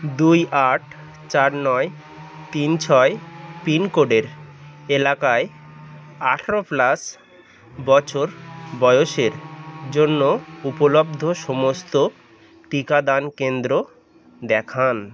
দুই আট চার নয় তিন ছয় পিনকোডের এলাকায় আঠেরো প্লাস বছর বয়সের জন্য উপলব্ধ সমস্ত টিকাদান কেন্দ্র দেখান